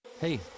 Hey